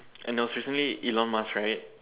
and it was recently Elon Musk right